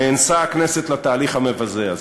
נאנסה הכנסת לתהליך המבזה הזה.